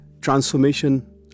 transformation